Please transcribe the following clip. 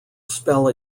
spell